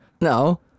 No